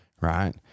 right